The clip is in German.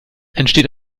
entsteht